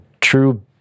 true